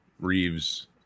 Reeves